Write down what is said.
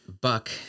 buck